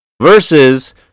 versus